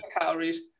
calories